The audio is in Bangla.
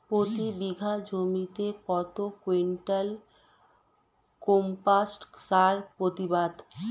প্রতি বিঘা জমিতে কত কুইন্টাল কম্পোস্ট সার প্রতিবাদ?